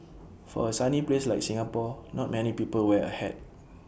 for A sunny place like Singapore not many people wear A hat